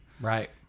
Right